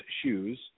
shoes